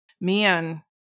man